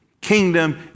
kingdom